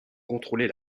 contrôler